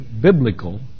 biblical